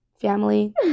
family